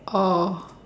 oh